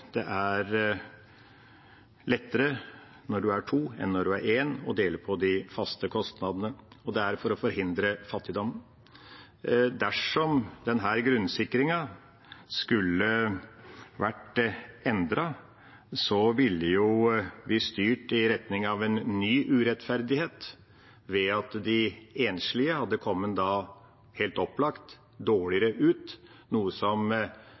det er lettere når man er to, enn når man er én, å dele på de faste kostnadene – og det er for å forhindre fattigdom. Dersom denne grunnsikringen skulle bli endret, ville vi jo styrt i retning av en ny urettferdighet ved at de enslige helt opplagt hadde kommet dårligere ut, noe Fremskrittspartiet behendig unnlater å si. Senterpartiet støtter innstillinga fordi vi ser dette som